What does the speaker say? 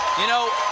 you know,